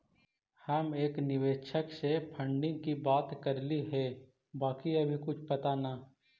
हम एक निवेशक से फंडिंग की बात करली हे बाकी अभी कुछ पता न